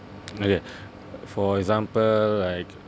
okay for example like